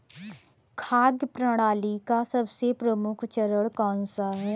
खाद्य प्रणाली का सबसे प्रमुख चरण कौन सा है?